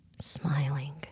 smiling